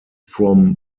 from